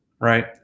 right